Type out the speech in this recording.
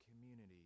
community